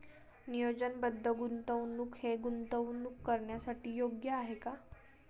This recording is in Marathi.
नियोजनबद्ध गुंतवणूक हे गुंतवणूक करण्यासाठी योग्य आहे का?